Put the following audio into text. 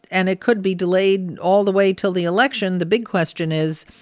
and it could be delayed all the way until the election. the big question is,